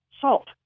salt